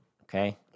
Okay